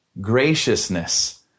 graciousness